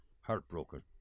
heartbroken